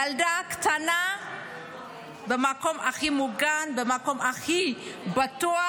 ילדה קטנה במקום הכי מוגן, במקום הכי בטוח,